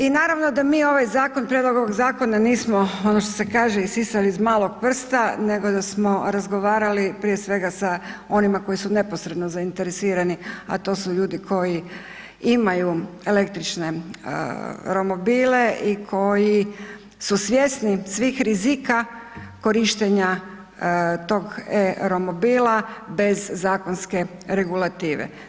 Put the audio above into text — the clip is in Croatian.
I naravno da mi ovaj zakon, Prijedlog ovoga zakona nismo ono što se kaže „isisali iz malog prsa“, nego da smo razgovarali prije svega sa onima koji su neposredno zainteresirani, a to su ljudi koji imaju električne romobile i koji su svjesni svih rizika korištenja tog e-romobila bez zakonske regulative.